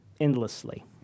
endlessly